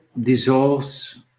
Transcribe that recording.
dissolves